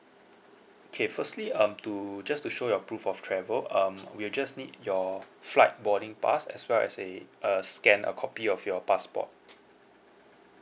okay firstly um to just to show your proof of travel um we'll just need your flight boarding pass as well as a a scan a copy of your passport